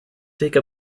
take